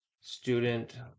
student